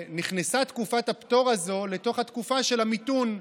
ותקופת הפטור הזאת נכנסה לתקופה של המיתון,